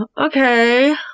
okay